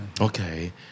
Okay